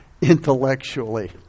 intellectually